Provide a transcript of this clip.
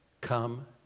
come